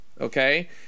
okay